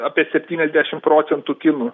apie septyniasdešim procentų kinų